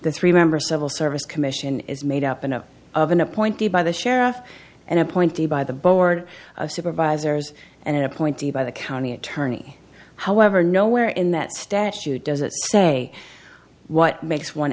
the three member civil service commission is made up enough of an appointee by the sheriff and appointed by the board of supervisors and an appointee by the county attorney however nowhere in that statute does it say what makes one